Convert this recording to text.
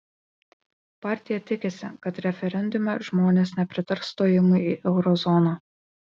partija tikisi kad referendume žmones nepritars stojimui į euro zoną